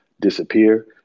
disappear